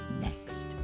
next